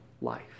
life